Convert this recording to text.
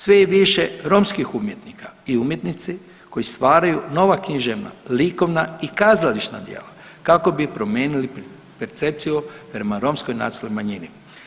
Sve je više romskih umjetnika i umjetnici koji stvaraju nova književna, likovna i kazališna djela kako bi promijenili percepciju prema romskoj nacionalnoj manjini.